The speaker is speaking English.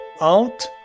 out